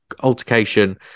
altercation